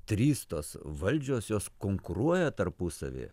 trys tos valdžios jos konkuruoja tarpusavy